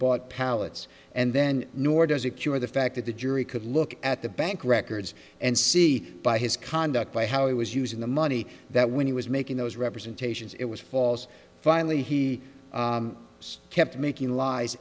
bought pallets and then nor does it cure the fact that the jury could look at the bank records and see by his conduct by how he was using the my any that when he was making those representations it was false finally he kept making lies